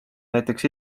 näiteks